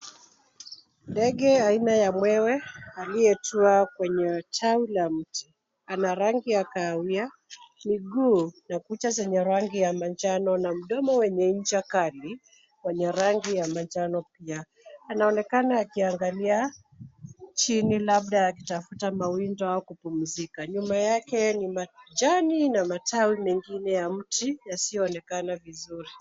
Ndege aina ya mwewe aliyetwaa kwenye tawi la mti. Ana rangi ya kahawia, miguu na kucha zenye rangi ya manjano na mdomo wenye ncha kali wenye rangi ya manjano pia. Anaonekana akiangalia chini labda akitafuta mawindo au kupumzika. Nyuma yake ni majani na matawi mengine ya mti yasiyoonekana vizuri.